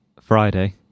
Friday